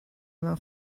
mewn